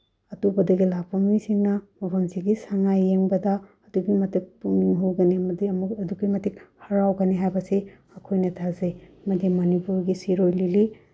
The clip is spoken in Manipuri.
ꯑꯇꯣꯞꯄꯒꯗꯤ ꯂꯥꯛꯄ ꯃꯤꯁꯤꯡꯅ ꯃꯐꯝꯁꯤꯒꯤ ꯁꯉꯥꯏ ꯌꯦꯡꯕꯗ ꯑꯗꯨꯛꯀꯤ ꯃꯇꯤꯛ ꯄꯨꯛꯅꯤꯡ ꯍꯨꯒꯅꯤ ꯑꯃꯗꯤ ꯑꯗꯨꯛꯀꯤ ꯃꯇꯤꯛ ꯍꯔꯥꯎꯒꯅꯤ ꯍꯥꯏꯕꯁꯤ ꯑꯩꯈꯣꯏꯅ ꯊꯥꯖꯩ ꯑꯃꯗꯤ ꯃꯅꯤꯄꯨꯔꯒꯤ ꯁꯤꯔꯣꯏ ꯂꯤꯂꯤ